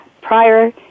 Prior